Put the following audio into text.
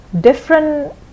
different